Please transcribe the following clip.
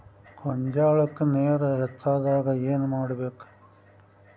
ಗೊಂಜಾಳಕ್ಕ ನೇರ ಹೆಚ್ಚಾದಾಗ ಏನ್ ಮಾಡಬೇಕ್?